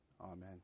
Amen